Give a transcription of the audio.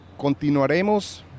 Continuaremos